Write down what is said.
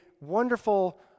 wonderful